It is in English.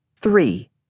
Three